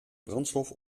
brandstof